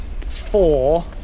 Four